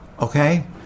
Okay